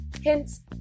hints